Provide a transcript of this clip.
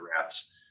wraps